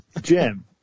Jim